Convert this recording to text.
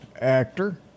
actor